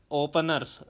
openers